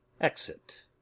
exit